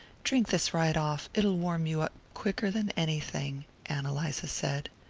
drink this right off it'll warm you up quicker than anything, ann eliza said.